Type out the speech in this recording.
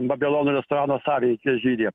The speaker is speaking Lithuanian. babilono restorano savininkė žydė